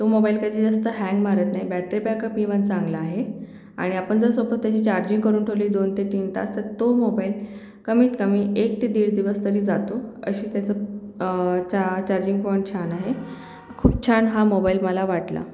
तो मोबाईल कधी जास्त हँग मारत नाही बॅटरी बॅकअप इवन चांगला आहे आणि आपण जर सोबत त्याची चार्जिंग करून ठेवली दोन ते तीन तास तर तो मोबाईल कमीतकमी एक ते दीड दिवस तरी जातो अशी त्याचं चा चार्जिंग पॉईंट छान आहे खूप छान हा मोबाईल मला वाटला